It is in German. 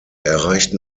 erreichten